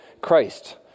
Christ